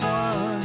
one